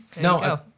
No